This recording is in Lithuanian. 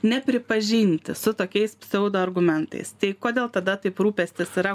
nepripažinti su tokiais pseudo argumentais tai kodėl tada taip rūpestis yra